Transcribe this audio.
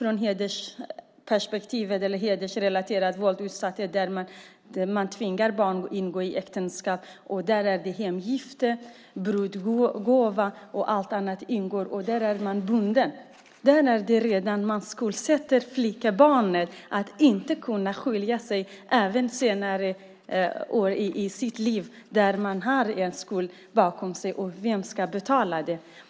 Med hedersrelaterat våld tvingar man barn att ingå äktenskap. Där ingår hemgift, brudgåva och allt annat. Där är man bunden. Där redan skuldsätter man flickebarnet så att hon inte kan skilja sig senare i livet. Man har en skuld bakom sig. Vem ska betala den?